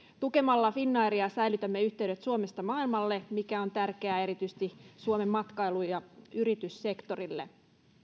tukemalla finnairia säilytämme yhteydet suomesta maailmalle mikä on tärkeää erityisesti suomen matkailu ja yrityssektorille